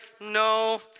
no